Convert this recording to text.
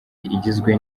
igizwe